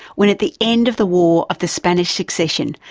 when at the end of the war of the spanish succession,